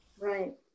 Right